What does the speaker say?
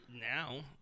Now